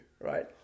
right